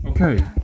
Okay